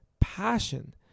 passion